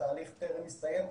התהליך טרם הסתיים,